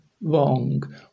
wrong